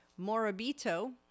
Morabito